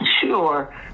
sure